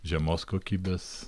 žemos kokybės